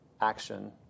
action